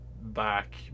back